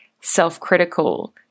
self-critical